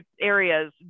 areas